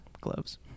gloves